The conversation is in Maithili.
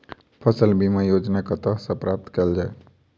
फसल बीमा योजना कतह सऽ प्राप्त कैल जाए?